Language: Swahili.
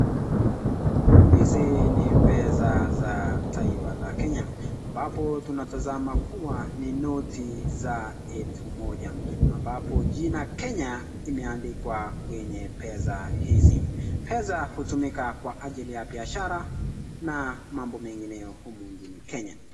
Hizi ni pesa za taifa la Kenya ambapo tunatazama kuwa ni noti za elfu moja ambapo jina Kenya imeandikwa kwenye pesa hizi, pesa hutumika kwa ajili ya biashara na mengineo humu nchini Kenya.